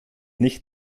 nicht